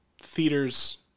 theaters